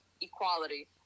equality